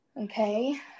Okay